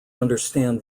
understand